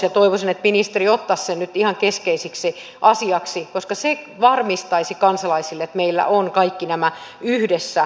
toivoisin että ministeri ottaisi sen nyt ihan keskeiseksi asiaksi koska se varmistaisi kansalaisille että meillä ovat kaikki nämä yksissä käsissä